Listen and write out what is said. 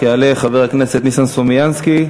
יעלה חבר הכנסת ניסן סלומינסקי,